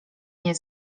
nie